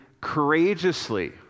courageously